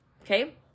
okay